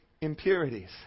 impurities